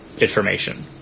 information